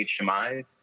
HMI